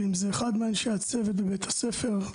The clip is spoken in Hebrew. ואם זה אחד מאנשי הצוות בבית הספר,